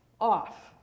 off